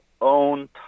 own